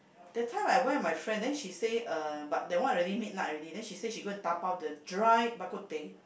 that time I went with my friend then she say uh but that one already midnight already then she say she go dabao the dry Bak-kut-teh